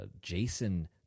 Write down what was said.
Jason